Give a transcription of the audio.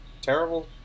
terrible